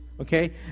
Okay